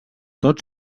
tot